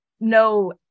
no